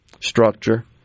structure